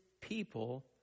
people